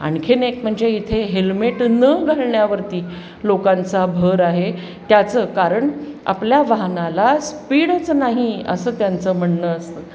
आणखीन एक म्हणजे इथे हेल्मेट न घालण्यावरती लोकांचा भर आहे त्याचं कारण आपल्या वाहनाला स्पीडच नाही असं त्यांचं म्हणणं असतं